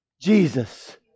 Jesus